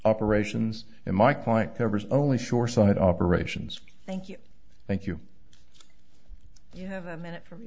operations in my client covers only shoreside operations thank you thank you you have a minute for me